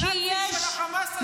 הנאצים של חמאס אשמים.